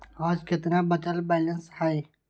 आज केतना बचल बैलेंस हई?